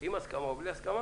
עם הסכמה או בלי הסכמה,